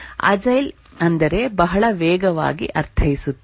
agile ಅಂದರೆ ಬಹಳ ವೇಗವಾಗಿ ಅರ್ಥೈಸುತ್ತದೆ